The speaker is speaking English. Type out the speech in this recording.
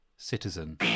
citizen